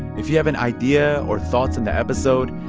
if you have an idea or thoughts on the episode,